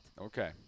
Okay